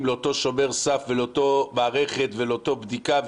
לאותו שומר סף ולאותה מערכת ולאותה בדיקה,